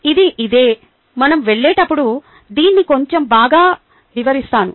ఇది ఇదే మనం వెళ్లేటప్పుడు దీన్ని కొంచెం బాగా వివరిస్తాను